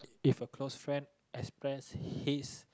if a close friend express his